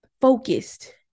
focused